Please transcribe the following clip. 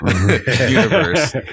universe